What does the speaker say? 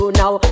now